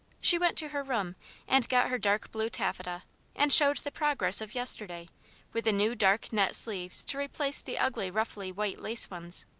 she went to her room and got her dark blue taffeta and showed the progress of yesterday with the new dark net sleeves to replace the ugly ruffly white lace ones.